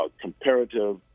comparative